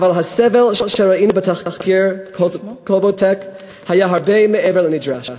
אבל הסבל שראינו בתחקיר "כלבוטק" היה הרבה מעבר לנדרש.